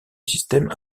système